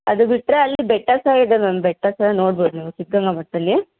ಅದು ಬಿಟ್ಟರೆ ಅಲ್ಲಿ ಬೆಟ್ಟ ಸೈಡಲೊಂದು ಬೆಟ್ಟ ಸಹ ನೋಡ್ಬೋದು ನೀವು ಸಿದ್ಧಗಂಗಾ ಮಠದಲ್ಲಿ